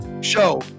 show